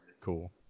cool